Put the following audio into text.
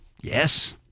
yes